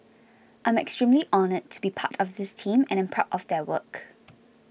I'm extremely honoured to be part of this team and am proud of their work